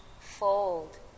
fold